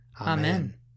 Amen